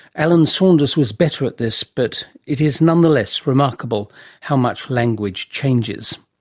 alan saunders was better at this but it is nonetheless remarkable how much language changes.